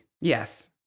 Yes